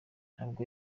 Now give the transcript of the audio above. ntabwo